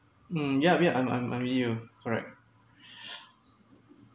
mm yeah yeah I'm I'm I'm with you correct